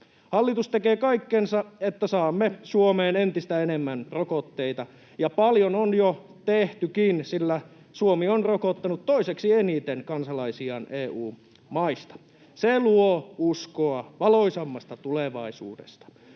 Hallitus tekee kaikkensa, että saamme Suomeen entistä enemmän rokotteita, ja paljon on jo tehtykin, sillä Suomi on rokottanut toiseksi eniten kansalaisiaan EU-maista. Se luo uskoa valoisampaan tulevaisuuteen.